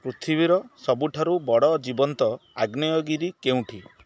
ପୃଥିବୀର ସବୁଠାରୁ ବଡ଼ ଜୀବନ୍ତ ଆଗ୍ନେୟଗିରି କେଉଁଠି